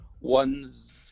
ones